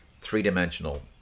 three-dimensional